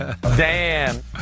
Dan